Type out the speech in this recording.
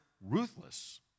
ruthless